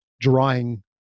drawing